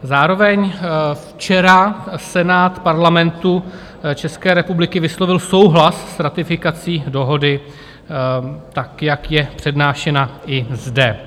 Zároveň včera Senát Parlamentu České republiky vyslovil souhlas s ratifikací dohody tak, jak je přednášena i zde.